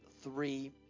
three